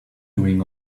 doing